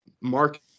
Mark